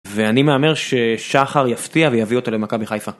ואני מהמר ששחר אחר יפתיע ויביא אותה למכבי חיפה.